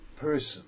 person